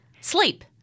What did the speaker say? sleep